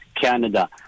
Canada